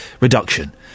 reduction